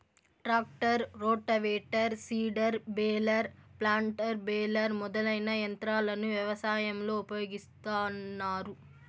tractor, rotavator, seeder, baler, planter, baler మొదలైన యంత్రాలను వ్యవసాయంలో ఉపయోగిస్తాన్నారు